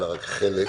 אלא רק חלק,